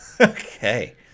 Okay